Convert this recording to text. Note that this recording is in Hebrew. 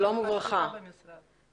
גברת תרצה קלמן, בבקשה.